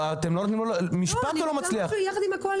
הוא לא מצליח להקריא משפט.